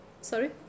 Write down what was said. Sorry